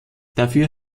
dafür